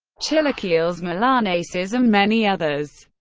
chilaquiles, milanesas, and many others.